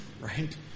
right